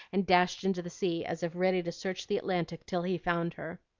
and dashed into the sea as if ready to search the atlantic till he found her.